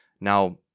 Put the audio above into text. Now